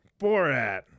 borat